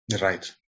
Right